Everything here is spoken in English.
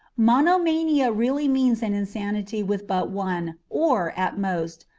monomania really means an insanity with but one, or, at most,